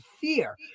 Fear